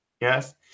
Yes